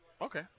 Okay